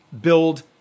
build